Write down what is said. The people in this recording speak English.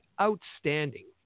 outstanding